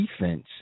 defense